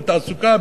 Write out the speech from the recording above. בתעסוקה,